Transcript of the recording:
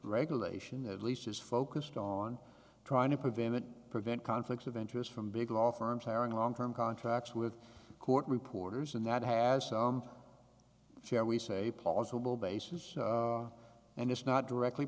regulation that at least is focused on trying to prevent it prevent conflicts of interest from big law firms hiring long term contracts with court reporters and that has some fair we say plausible basis and it's not directly